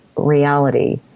Reality